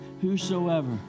Whosoever